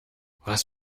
was